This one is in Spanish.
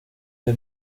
the